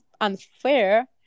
unfair